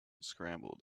scrambled